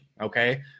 Okay